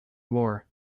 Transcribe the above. war